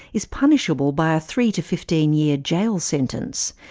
is punishable by a three to fifteen year jail sentence,